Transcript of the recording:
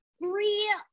Three